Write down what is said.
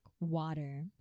water